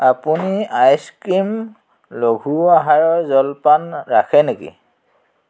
আপুনি ice cream লঘু আহাৰৰ জলপান ৰাখে নেকি